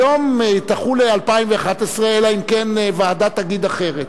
היום דחו ל-2011, אלא אם כן ועדה תגיד אחרת.